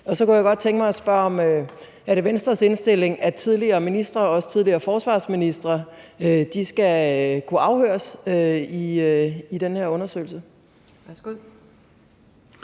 Så kunne jeg godt tænke mig at spørge: Er det Venstres indstilling, at tidligere ministre, også tidligere forsvarsministre, skal kunne afhøres i forbindelse